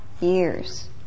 years